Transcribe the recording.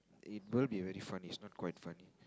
it will be very fun it's not quite fun